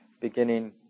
beginning